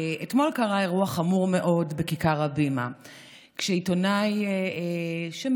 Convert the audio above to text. אתמול קרה אירוע חמור מאוד בכיכר הבימה כשעיתונאי שמזוהה,